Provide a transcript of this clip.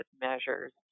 measures